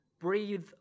breathe